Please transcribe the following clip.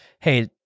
hey